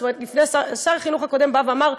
שר החינוך הקודם בא ואמר: